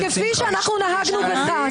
נגררת פה לדיון מיותר.